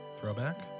Throwback